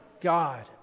God